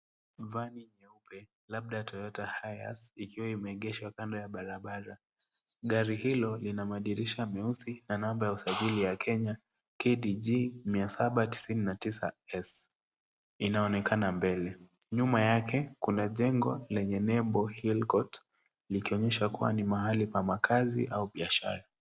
Vani nyeupe, labda Toyota Hiace, ikiwa imeegeshwa kando ya barabara. Gari hilo lina madirisha meusi na namba ya usajili ya Kenya, KDJ 799S, inaonekana mbele. Nyuma yake, kuna jengo yenye nembo, Hillcourt, likionyesha kuwa ni mahali pa makazi au biashara.